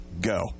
Go